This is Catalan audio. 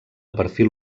perfil